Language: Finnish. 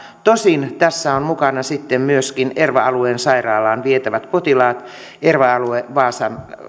tosin tässä ovat mukana sitten myöskin erva alueen sairaalaan vietävät potilaat erva alue vaasan